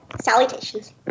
Salutations